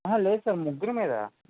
లేదు సార్ ముగ్గురి మీద